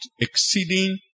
exceeding